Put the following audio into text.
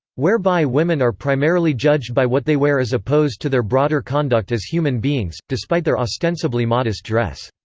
whereby women are primarily judged by what they wear as opposed to their broader conduct as human beings, despite their ostensibly modest dress.